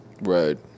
Right